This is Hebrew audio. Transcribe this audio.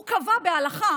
הוא קבע בהלכה